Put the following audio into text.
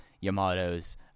Yamato's